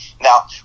Now